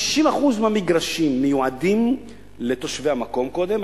50% מהמגרשים מיועדים לתושבי המקום קודם,